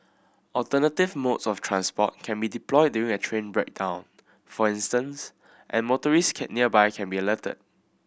alternative modes of transport can be deployed during a train breakdown for instance and motorist can nearby can be alerted